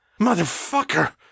Motherfucker